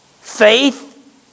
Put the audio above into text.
Faith